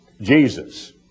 Jesus